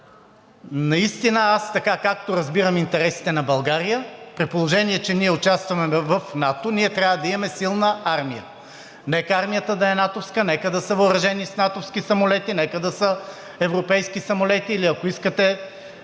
Наистина така, както разбирам интересите на България, при положение че участваме в НАТО, ние трябва да имаме силна армия. Нека армията да е натовска, нека да са въоръжени с натовски самолети, нека да са европейски самолети или, ако искате,